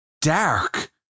dark